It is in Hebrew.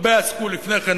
הרבה עסקו לפני כן,